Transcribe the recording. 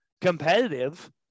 competitive